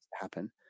happen